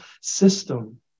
system